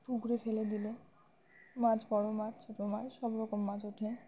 পুকুরে ফেলে দিলে মাছ বড় মাছ ছোট মাছ সবরকম মাছ ওঠে